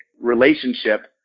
relationship